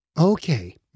Okay